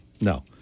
no